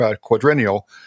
quadrennial